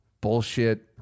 bullshit